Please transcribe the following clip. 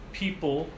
people